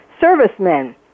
servicemen